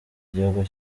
igihugu